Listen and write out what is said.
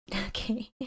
Okay